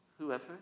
whoever